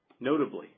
Notably